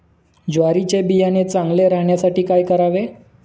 ज्वारीचे बियाणे चांगले राहण्यासाठी काय करावे?